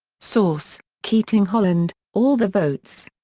source keating holland, all the votes.